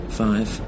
five